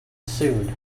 sewed